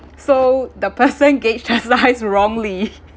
so the person gauged her size wrongly